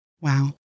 Wow